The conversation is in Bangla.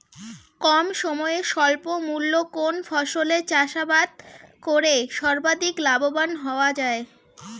কম সময়ে স্বল্প মূল্যে কোন ফসলের চাষাবাদ করে সর্বাধিক লাভবান হওয়া য়ায়?